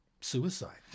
suicide